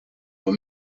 were